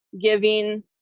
giving –